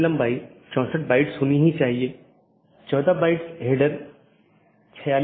अगला राउटर 3 फिर AS3 AS2 AS1 और फिर आपके पास राउटर R1 है